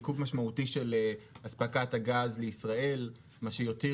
עיכוב משמעותי של אספקת הגז לישראל-מה שיותיר